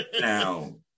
now